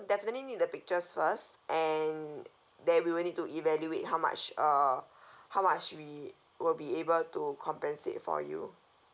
definitely need the pictures first and then we'll need to evaluate how much uh how much we will be able to compensate for you